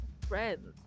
friends